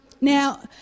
Now